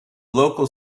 local